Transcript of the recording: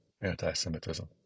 anti-Semitism